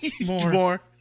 more